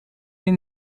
les